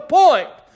point